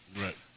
Right